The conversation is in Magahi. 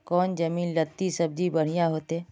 कौन जमीन लत्ती सब्जी बढ़िया हों?